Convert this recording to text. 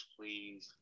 please